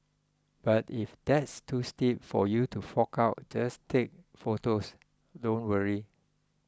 but if that's too steep for you to fork out just take photos don't worry